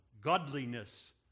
godliness